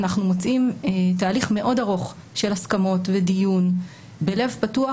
אנחנו מוצאים תהליך מאוד ארוך של הסכמות ודיון בלב פתוח,